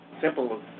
simple